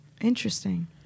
Interesting